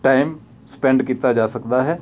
time spend ਕੀਤਾ ਜਾ ਸਕਦਾ ਹੈ